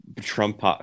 Trump